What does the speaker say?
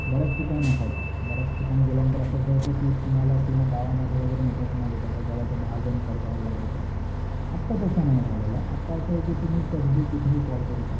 बऱ्याच ठिकाणी नसायचा बऱ्याच ठिकाणी गेल्यानंतर असं असायचं की तुम्हाला पूर्ण गावामध्ये वगैरे नेटवर्क नाही भेटायचं गावाच्या बाहेर जाऊन कॉल करायला लागायचा आत्ता तसं नाही राहिलेलं आत्ता असं आहे की तुम्ही कधीही कुठेही कॉल करू शकता